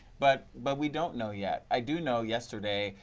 but but, we don't know yet. i do know yesterday,